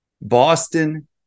Boston